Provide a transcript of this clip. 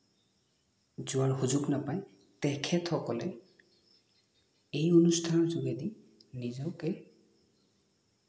যোৱাৰ সুযোগ নাপায় তেখেতসকলে এই অনুষ্ঠানৰ যোগেদি নিজকে